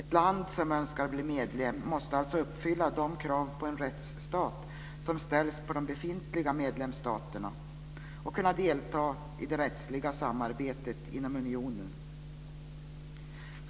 Ett land som önskar bli medlem måste alltså uppfylla de krav på en rättsstat som ställs på befintliga medlemsstater och kunna delta i det rättsliga samarbetet inom unionen.